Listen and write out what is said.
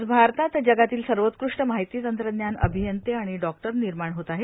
आज भारतात जगातील सर्वोत्कृष्ट माहिती तंत्रज्ञान अभियंते आणि ॉक्टर निर्माण होत आहे